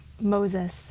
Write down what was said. Moses